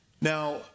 now